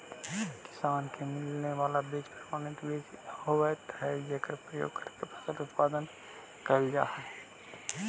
किसान के मिले वाला बीज प्रमाणित बीज होवऽ हइ जेकर प्रयोग करके फसल उत्पादन कैल जा हइ